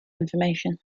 information